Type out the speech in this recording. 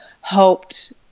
helped